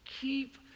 keep